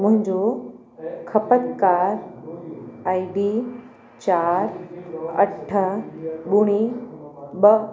मुंहिंजो खपतकार आईडी चारि अठ ॿुड़ी ॿ